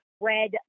red